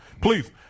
Please